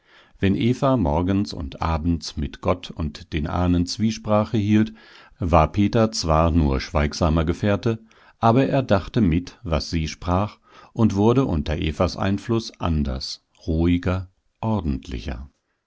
wenn eva morgens und abends mit gott und den ahnen zwiesprache hielt war peter zwar nur schweigsamer gefährte aber er dachte mit was sie sprach und wurde unter evas einfluß anders ruhiger ordentlicher